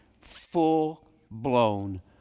full-blown